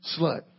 Slut